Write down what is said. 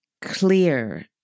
clear